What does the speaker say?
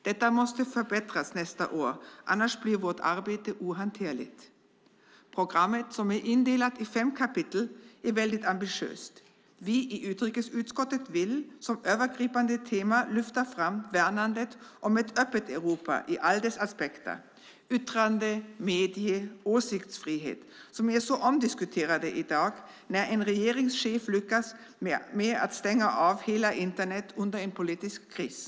Detta måste förbättras nästa år. Annars blir vårt arbete ohanterligt. Programmet, som är indelat i fem kapitel, är väldigt ambitiöst. Vi i utrikesutskottet vill som övergripande tema lyfta fram värnandet om ett öppet Europa i alla dess aspekter. Yttrande-, medie och åsiktsfrihet är omdiskuterade i dag när en regeringschef lyckas med att stänga av hela Internet under en politisk kris.